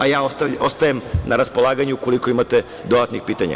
Ostajem vam na raspolaganju ukoliko imate dodatnih pitanja.